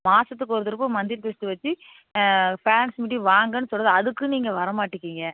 மாதத்துக்கு ஒரு தடவ மன்த்லி டெஸ்ட் வச்சு ஃபேரண்ட்ஸ் மீட்டிங் வாங்கன்னு சொல்லுறது அதுக்கு நீங்கள் வரமாட்டிக்கீறீங்க